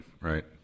Right